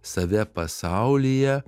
save pasaulyje